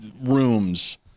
rooms